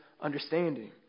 understanding